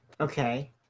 Okay